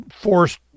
forced